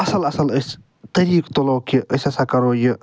اصل اصل أسۍ طریٖقہٕ تُلو کہِ أسۍ ہسا کرو یہِ